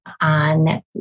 on